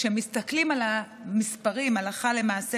כשמסתכלים על המספרים הלכה למעשה,